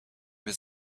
was